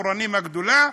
"אורנים הגדולה",